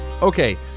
Okay